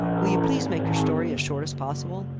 will you please make your story as short as possible?